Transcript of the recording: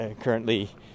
currently